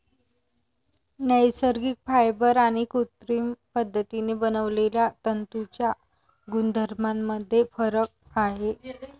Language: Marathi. नैसर्गिक फायबर आणि कृत्रिम पद्धतीने बनवलेल्या तंतूंच्या गुणधर्मांमध्ये फरक आहे